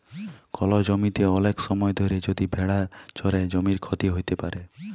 call জমিতে ওলেক সময় ধরে যদি ভেড়া চরে জমির ক্ষতি হ্যত প্যারে